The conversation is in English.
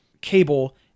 cable